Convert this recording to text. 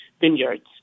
vineyards